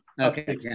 Okay